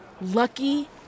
Lucky